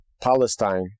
Palestine